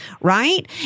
Right